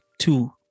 two